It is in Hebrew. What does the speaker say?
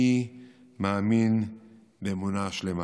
אני מאמין באמונה שלמה.